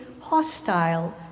hostile